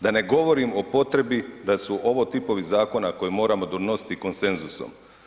Da ne govorim o potrebi da su ovo tipovi zakona koje moramo donositi konsenzusom.